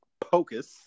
Pocus